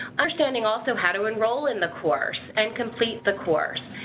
understanding also how to enroll in the course and complete the course.